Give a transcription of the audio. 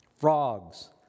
frogs